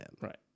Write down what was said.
Right